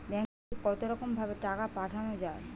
ব্যাঙ্কের থেকে কতরকম ভাবে টাকা পাঠানো য়ায়?